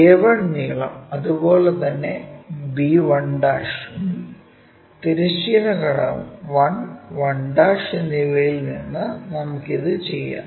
a1 നീളം അതുപോലെ തന്നെ b1 ഉം തിരശ്ചീന ഘടകം 1 1 എന്നിവയിൽ നിന്ന് നമുക്ക് ഇത് ചെയ്യാം